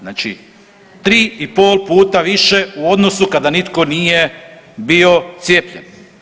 Znači 3,5 puta više u odnosu kada nitko nije bio cijepljen.